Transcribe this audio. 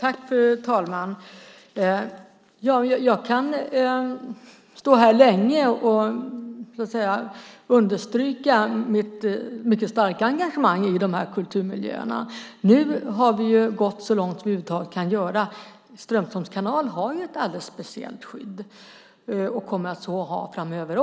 Fru talman! Jag kan stå länge och understryka mitt mycket starka engagemang i dessa kulturmiljöer. Nu har vi gått så långt som vi över huvud taget kan gå; Strömsholms kanal har ett alldeles speciellt skydd och kommer att så ha även framöver.